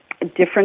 Different